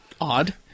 odd